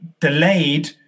delayed